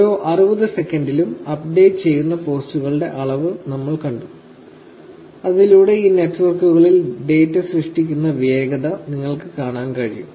ഓരോ 60 സെക്കൻഡിലും അപ്ഡേറ്റ് ചെയ്യുന്ന പോസ്റ്റുകളുടെ അളവ് ഞങ്ങൾ കണ്ടു അതിലൂടെ ഈ നെറ്റ്വർക്കുകളിൽ ഡാറ്റ സൃഷ്ടിക്കുന്ന വേഗത നിങ്ങൾക്ക് കാണിക്കാൻ കഴിയും